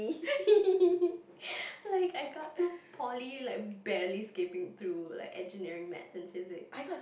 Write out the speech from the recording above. like I got through poly like barely scraping through like engineering maths and physics